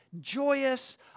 joyous